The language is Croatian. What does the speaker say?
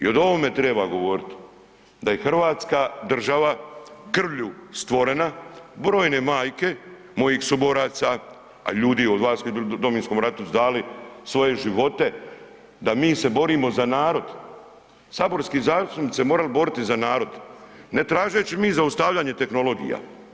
I od ovome treba govoriti da je Hrvatska država krvlju stvorena, brojne majke mojih suboraca, a ljudi od vas koji su bili u Domovinskom ratu su dali svoje živote da mi se borimo za narod, saborski zastupnici bi se morali boriti za narod, ne tražeći mi zaustavljanje tehnologija.